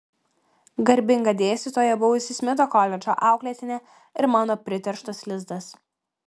garbinga dėstytoja buvusi smito koledžo auklėtinė ir mano priterštas lizdas